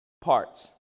parts